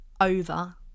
over